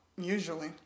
usually